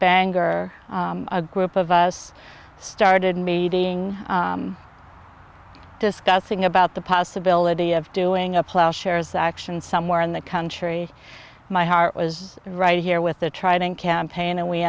bangor a group of us started meeting discussing about the possibility of doing a plow shares action somewhere in the country my heart was right here with the tritone campaign and we